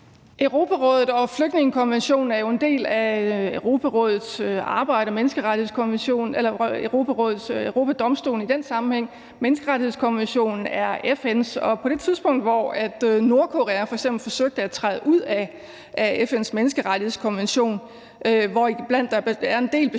Europarådet og flygtningekonventionen er jo en del af EU-Domstolen i den sammenhæng, menneskerettighedskonventionen er FN's, og på det tidspunkt, hvor Nordkorea f.eks. forsøgte at træde ud af FN's menneskerettighedskonvention, hvoriblandt der er en del bestemmelser,